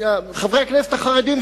חברי הכנסת החרדים,